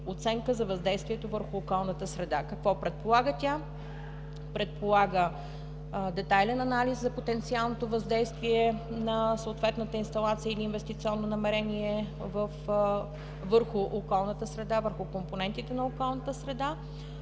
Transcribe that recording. оценка на въздействието върху околната среда. Какво предполага тя? Предполага детайлен анализ за потенциалното въздействие на съответната инсталация или инвестиционно намерение върху околната среда, върху компонентите на околната среда,